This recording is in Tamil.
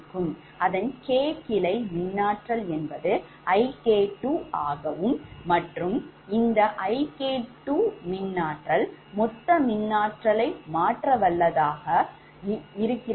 அதன் k கிளை மின்னாற்றல் என்பது IK2 ஆகவும் மற்றும் இந்த IK2 மின்னாற்றல் மொத்த மின் ஆற்றலை மாற்ற வல்லதாக உள்ளது